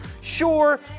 Sure